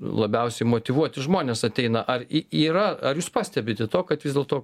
labiausiai motyvuoti žmonės ateina ar yra ar jūs pastebite to kad vis dėlto